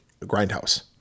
Grindhouse